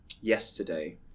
yesterday